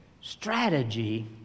strategy